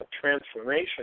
transformation